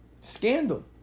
Scandal